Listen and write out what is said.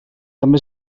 també